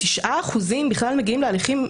9% בכלל מגיעים להליכים פליליים,